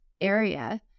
area